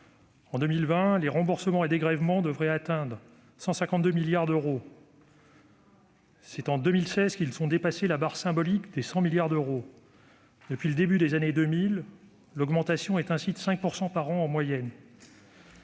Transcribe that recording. en 2020, les remboursements et dégrèvements devraient atteindre 152 milliards d'euros. C'est en 2016 qu'ils ont dépassé la barre symbolique des 100 milliards d'euros. Depuis le début des années 2000, l'augmentation est ainsi de 5 % par an en moyenne.